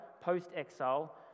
post-exile